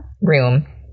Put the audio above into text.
room